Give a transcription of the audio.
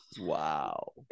wow